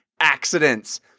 accidents